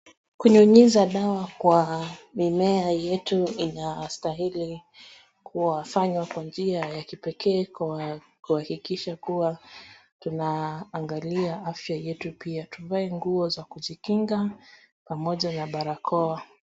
Kunyunyiza dawa kwa mimea yetu inastahili kufanywa kwa njia ya kipekee kwa kuhakikisha kuwa tunaangalia afya yetu pia, tuvae nguo za kujikinga pamoja na barakoa.